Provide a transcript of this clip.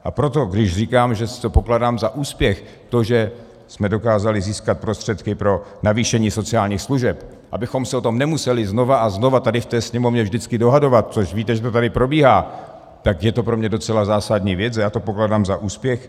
A proto, když říkám, že pokládám za úspěch to, že jsme dokázali získat prostředky pro navýšení sociálních služeb, abychom se o tom nemuseli znova a znova tady v té Sněmovně vždycky dohadovat což víte, že to tady probíhá tak je to pro mě docela zásadní věc a já to pokládám za úspěch.